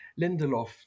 Lindelof